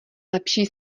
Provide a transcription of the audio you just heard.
lepší